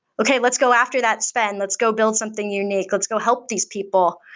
okay, let's go after that spend. let's go build something unique. let's go help these people.